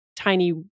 tiny